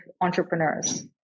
entrepreneurs